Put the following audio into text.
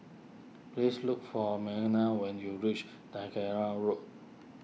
please look for Meaghan when you reach Road